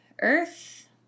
earth